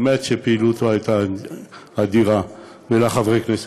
שבאמת פעילותו הייתה אדירה, ובחברי כנסת.